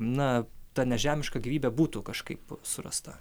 na ta nežemiška gyvybė būtų kažkaip surasta